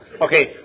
Okay